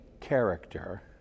character